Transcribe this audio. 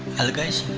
hello guys,